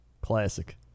Classic